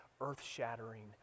earth-shattering